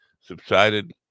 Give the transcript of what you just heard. subsided